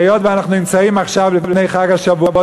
היות שאנחנו נמצאים עכשיו לפני חג השבועות,